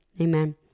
amen